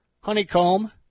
Honeycomb